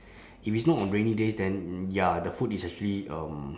if it's not on rainy days then ya the food is actually um